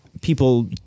people